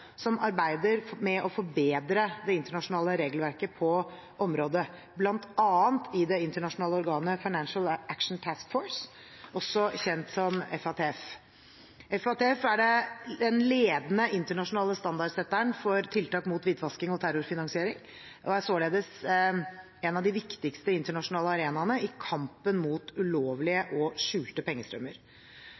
som arbeider med å forbedre det internasjonale regelverket på området, bl.a. i det internasjonale organet Financial Action Task Force, også kjent som FATF. FATF er den ledende internasjonale standardsetteren for tiltak mot hvitvasking og terrorfinansiering og er således en av de viktigste internasjonale arenaene i kampen mot ulovlige og skjulte pengestrømmer.